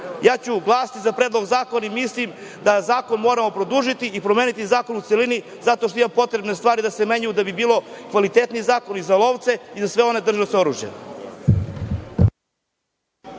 ja ću glasati za Predlog zakona i mislim da rok moramo produžiti i promeniti zakon u celini, zato što ima potrebe da se određene stvari menjaju da bi bio kvalitetniji zakon i za lovce i za sve one držaoce oružja.